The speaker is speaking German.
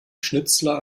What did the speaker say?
schnitzler